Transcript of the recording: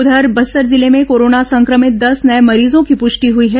उधर बस्तर जिले में कोरोना संक्रमित दस नये मरीजों की प्रष्टि हुई है